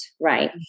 right